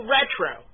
Retro